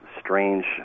strange